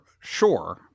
sure